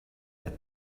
him